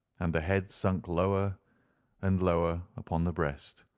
and the head sunk lower and lower upon the breast,